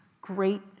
great